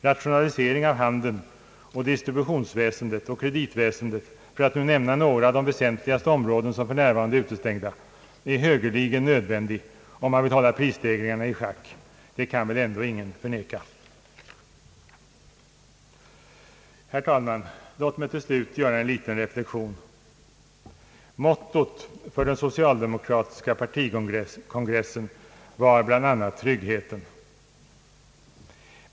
Rationalisering av handeln och distributionen och kreditväsendet, för att nu nämna några av de väsentligaste områden som för närvarande är utestängda, är högeligen nödvändig om man vill hålla prisstegringarna i schack — det kan väl ingen förneka. Herr talman! Låt mig till slut göra en liten reflexion. Mottot för den socialdemokratiska partikongressen var bland annat tryggheten.